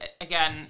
again